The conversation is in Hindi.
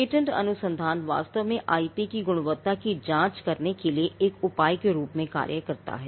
पेटेंट अनुसंधान वास्तव में आईपी की गुणवत्ता की जांच करने के लिए एक उपाय के रूप में कार्य करता है